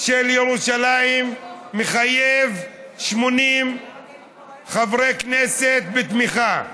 של ירושלים מחייב 80 חברי כנסת בתמיכה.